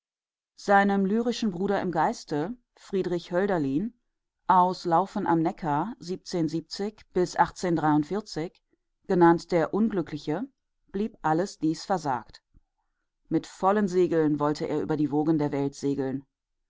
seinem lyrischen bruder im geiste friedrich hölderlin aus lauffen am neckar genannt der unglückliche blieb alles dies versagt mit vollen segeln wollte er über die wogen der welt segeln